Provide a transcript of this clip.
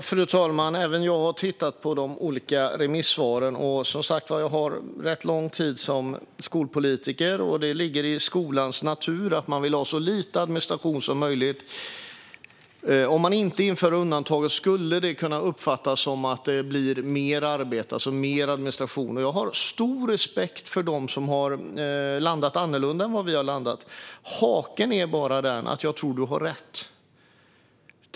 Fru talman! Även jag har tittat på de olika remissvaren. Jag har, som sagt, varit skolpolitiker under lång tid. Det ligger i skolans natur att man vill ha så lite administration som möjligt. Om man inte inför undantag skulle det kunna uppfattas som att det blir mer arbete, alltså mer administration. Jag har stor respekt för dem som har landat annorlunda än vad vi har gjort. Haken är att jag tror att du har rätt, Denis Begic.